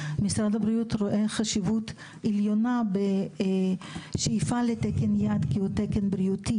משרד הבריאות רואה חשיבות עליונה שיפעל לתקן יעד כי הוא תקן בריאותי,